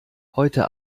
heute